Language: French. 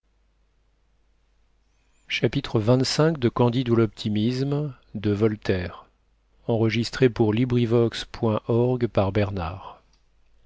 de candide à m de voltaire